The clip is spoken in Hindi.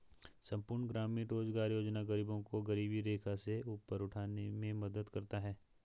संपूर्ण ग्रामीण रोजगार योजना गरीबों को गरीबी रेखा से ऊपर उठाने में मदद करता है